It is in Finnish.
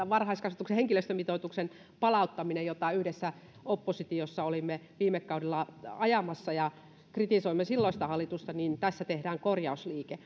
varhaiskasvatuksen henkilöstömitoituksen palauttaminen jota oppositiossa yhdessä olimme viime kaudella ajamassa ja kritisoimme silloista hallitusta tässä tehdään korjausliike